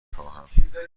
خواهم